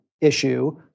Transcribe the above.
issue